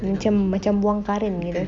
macam macam buang current begitu